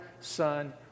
Son